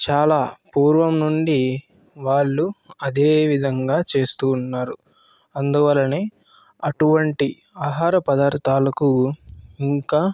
చాలా పూర్వం నుండి వాళ్లు అదే విధంగా చేస్తూ ఉన్నారు అందువలనే అటువంటి ఆహారపదార్ధాలకు ఇంకా